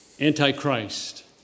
Antichrist